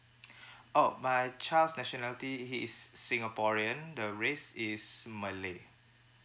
oh my child's nationality he is singaporean the race is malay